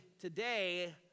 today